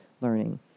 learning